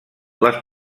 les